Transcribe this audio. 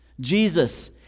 Jesus